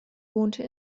wohnte